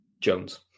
Jones